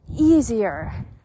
easier